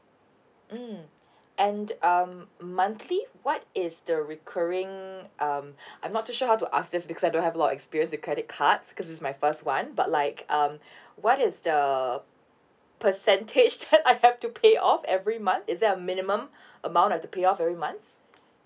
mm and um monthly what is the recurring um I'm not too sure how to ask this because I don't have a lot of experience with credit cards because this is my first one but like um what is the percentage that I have to pay off every month is there a minimum amount I've to pay off every month